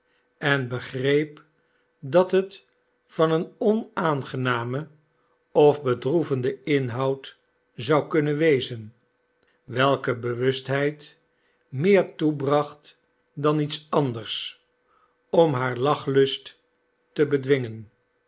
en begreep dat het van een onaangenamen of bedroevenden inhoud zou kunnen wezen welke bewustheid meer toebracht dan iets anders om haar lachlust te bedwingen